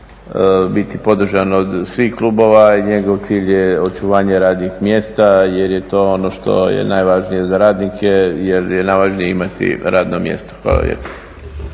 biti podržan od svih klubova. I njegov cilj je očuvanje radnih mjesta jer je to ono što je najvažnije za radnike jer je najvažnije imati radno mjesto. Hvala lijepo.